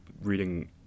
reading